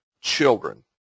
children